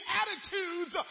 attitudes